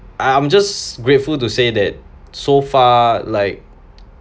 I I'm just grateful to say that so far like